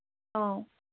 অঁ